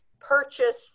purchase